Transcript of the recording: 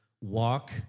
walk